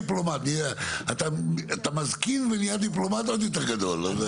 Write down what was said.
אתה מזכיר ונהיה דיפלומט עוד יותר גדול.